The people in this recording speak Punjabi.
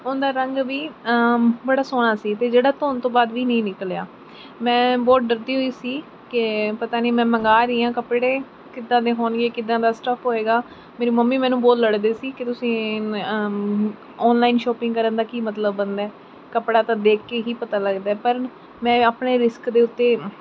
ਉਹਦਾ ਰੰਗ ਵੀ ਬੜਾ ਸੋਹਣਾ ਸੀ ਅਤੇ ਜਿਹੜਾ ਧੋਣ ਤੋਂ ਬਾਅਦ ਵੀ ਨਹੀਂ ਨਿਕਲਿਆ ਮੈਂ ਬਹੁਤ ਡਰਦੀ ਹੋਈ ਸੀ ਕਿ ਪਤਾ ਨਹੀਂ ਮੈਂ ਮੰਗਵਾ ਰਹੀ ਹਾਂ ਕੱਪੜੇ ਕਿੱਦਾਂ ਦੇ ਹੋਣਗੇ ਕਿੱਦਾਂ ਦਾ ਸਟੱਫ ਹੋਵੇਗਾ ਮੇਰੀ ਮੰਮੀ ਮੈਨੂੰ ਬਹੁਤ ਲੜਦੇ ਸੀ ਕਿ ਤੁਸੀਂ ਓਨਲਾਈਨ ਸ਼ੋਪਿੰਗ ਕਰਨ ਦਾ ਕੀ ਮਤਲਬ ਬਣਦਾ ਹੈ ਕੱਪੜਾ ਤਾਂ ਦੇਖ ਕੇ ਹੀ ਪਤਾ ਲੱਗਦਾ ਹੈ ਪਰ ਮੈਂ ਆਪਣੇ ਰਿਸਕ ਦੇ ਉੱਤੇ